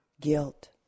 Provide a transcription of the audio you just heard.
guilt